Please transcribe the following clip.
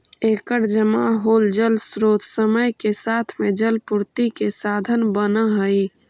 एकर जमा होल जलस्रोत समय के साथ में जलापूर्ति के साधन बनऽ हई